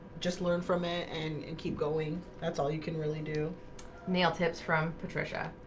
just learn from it and and keep going that's all you can really do nail tips from patricia.